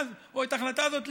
או את ההחלטה הזאת,